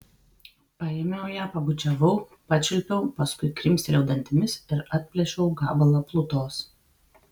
paėmiau ją pabučiavau pačiulpiau paskui krimstelėjau dantimis ir atplėšiau gabalą plutos